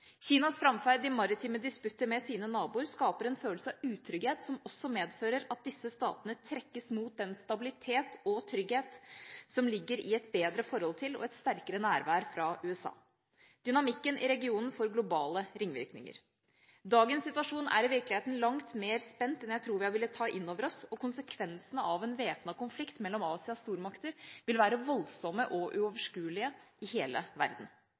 Kinas framferd i maritime disputter med sine naboer skaper en følelse av utrygghet, som også medfører at disse statene trekkes mot den stabilitet og trygghet som ligger i et bedre forhold til og et sterkere nærvær fra USA. Dynamikken i regionen får globale ringvirkninger. Dagens situasjon er i virkeligheten langt mer spent enn jeg tror vi er villige til å ta innover oss, og konsekvensene av en væpnet konflikt mellom Asias stormakter ville være voldsomme og uoverskuelige i hele verden.